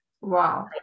Wow